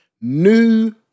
new